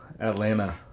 Atlanta